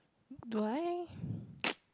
do I